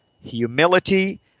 humility